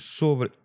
sobre